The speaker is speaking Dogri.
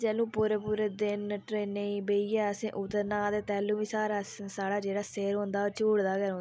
जैलूं पूरा पूरा दिन अस ट्रेनें ई बेहि्यै असें उतरना ते तैलूं बी सिर होंदा ओह् झूल्लदा गै रौहंदा